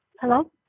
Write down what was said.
Hello